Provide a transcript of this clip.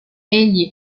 egli